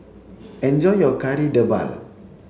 enjoy your Kari Debal